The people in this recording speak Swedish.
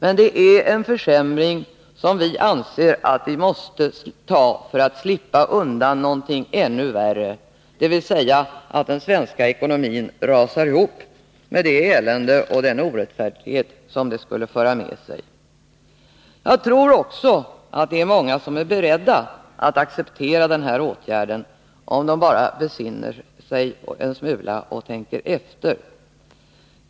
Men det är en försämring som vi anser att vi måste ta för att slippa undan något ännu värre, dvs. att den svenska ekonomin rasar ihop, med det elände och den orättfärdighet som det skulle föra med sig. Jag tror också att det är många som är beredda att acceptera den här åtgärden, om de bara besinnar sig en smula och tänker efter.